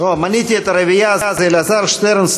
מניתי את הרביעייה: אלעזר שטרן,